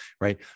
right